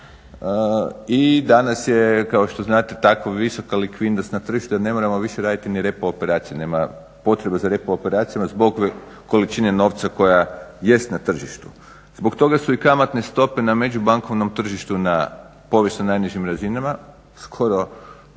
i danas je kao što znate tako visoka likvidnost na tržištu jer ne moramo više raditi ni repo operacije, nema potrebe za repo operacijama zbog količine novca koja jest na tržištu. Zbog toga su i kamatne stope na međubankovnom tržištu na pa one su na najnižim razinama, skoro su